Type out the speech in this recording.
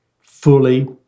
fully